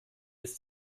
ist